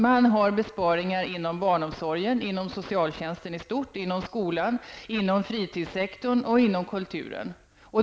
Man gör besparingar inom barnomsorgen, inom socialtjänsten i stort, inom skolan, inom fritidssektorn och inom kulturen.